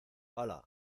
hala